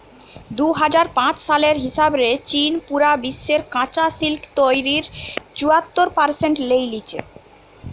দুই হাজার পাঁচ সালের হিসাব রে চীন পুরা বিশ্বের কাচা সিল্ক তইরির চুয়াত্তর পারসেন্ট লেই লিচে